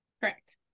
correct